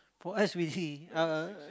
for us we uh